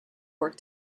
work